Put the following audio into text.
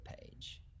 page